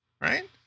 right